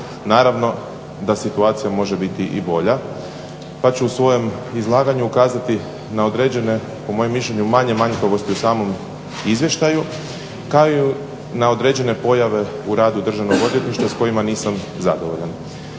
naravno da situacija može biti i bolja, pa ću u svojem izlaganju ukazati na određene po mojem mišljenju manje manjkavosti u samom izvještaju kao i na određene pojave u radu Državno odvjetništva s kojima nisam zadovoljan.